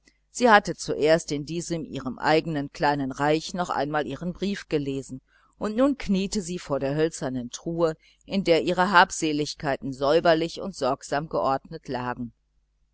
sie hatte zuerst in diesem ihrem eigenen kleinen revier noch einmal ihren brief gelesen und nun kniete sie vor der hölzernen truhe in der ihre habseligkeiten säuberlich und sorgsam geordnet lagen